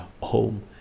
home